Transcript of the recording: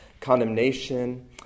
condemnation